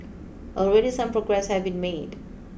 already some progress have been made